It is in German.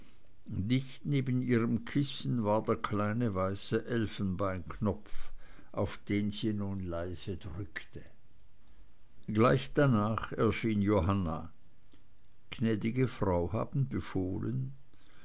dicht neben ihrem kissen war der kleine weiße elfenbeinknopf auf den sie nun leise drückte gleich danach erschien johanna gnädige frau haben befohlen